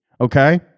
okay